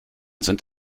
sind